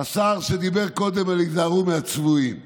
השר שדיבר קודם על "היזהרו מן הצבועים".